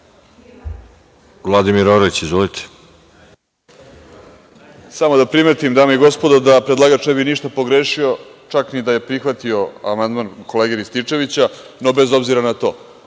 **Vladimir Orlić** Samo da primetim, dame i gospodo, da predlagač ne bi ništa pogrešio čak ni da je prihvatio amandman kolege Rističevića. Ali, bez obzira na to,